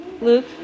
Luke